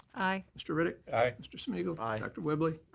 aye. mr. riddick. aye. mr. smigiel. aye. dr. whibley.